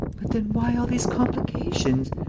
but then why all these complications?